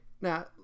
Now